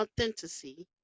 authenticity